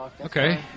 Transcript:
Okay